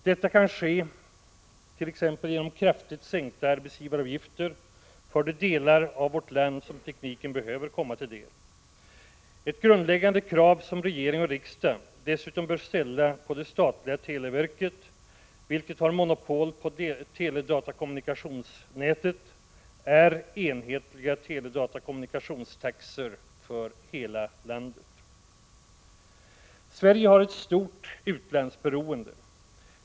Detta kan t.ex. ske genom kraftigt sänkta arbetsgivaravgifter för de delar av vårt land som behöver få tillgång till dessa tekniker. Ett grundläggande krav som regering och riksdag dessutom bör ställa på det statliga televerket, vilket har monopol på teledatakommunikationsnätet, är enhetliga teledatakommunikationstaxor för hela landet. Sverige har ett stort utlandsberoende.